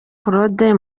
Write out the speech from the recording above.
claude